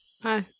hi